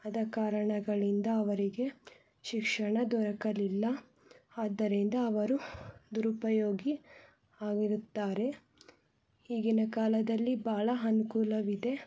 ಆದ ಕಾರಣಗಳಿಂದ ಅವರಿಗೆ ಶಿಕ್ಷಣ ದೊರಕಲಿಲ್ಲ ಆದ್ದರಿಂದ ಅವರು ದುರುಪಯೋಗಿ ಆಗಿರುತ್ತಾರೆ ಈಗಿನ ಕಾಲದಲ್ಲಿ ಬಹಳ ಅನುಕೂಲವಿದೆ